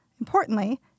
Importantly